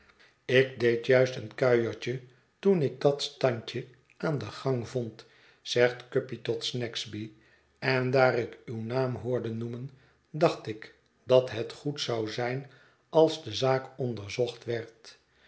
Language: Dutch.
ik deed juist een kuiertje toen ik dat standje aan den gang vond zegt guppy tot snagsby en daar ik uw naam hoorde noemen dacht ik dat het goed zou zijn als de zaak onderzocht werd